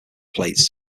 plates